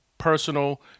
personal